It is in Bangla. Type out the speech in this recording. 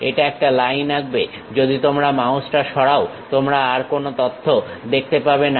এটা একটা লাইন আঁকবে যদি তোমরা মাউসটা সরাও তোমরা আর কোনো তথ্য দেখতে পাবে না